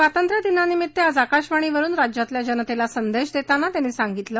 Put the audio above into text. स्वातंत्र्यदिनानिमित्त आज आकाशवाणीवरुन राज्यातल्या जनतेला संदेश देताना त्यांनी सांगितलं